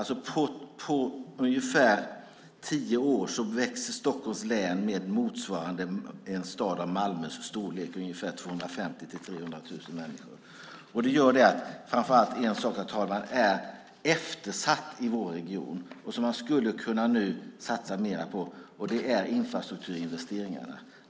På ungefär tio år växer Stockholms län med motsvarande en stad av Malmös storlek, 250 000-300 000 människor. Framför allt en sak är eftersatt i vår region som man nu skulle kunna satsa mer på, och det är infrastrukturen.